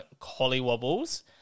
Collywobbles